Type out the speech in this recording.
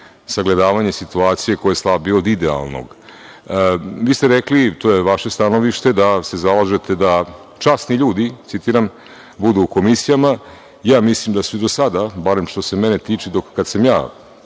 sagledavanje situacije koje je slabija od idealne. Vi ste rekli, to je vaše stanovište, da se zalažete da časni ljudi, citiram, budu u komisijama. Ja mislim i da su do sada, barem što se mene tiče i kad sam ja